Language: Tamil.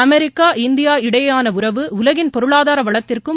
அமெரிக்கா இந்தியா இடையேயான உறவு உலகின் பொருளாதார வளத்திற்கும்